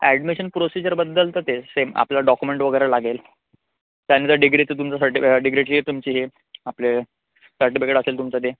admission प्रोसिजरबद्दल तर ते सेम आपलं डॉक्युमेंट वगैरे लागेल त्यानंतर डिग्रीचं तुमचं सर्टि डिग्रीच हे तुमची हे आपले सर्टिफिकेट असेल तुमचं ते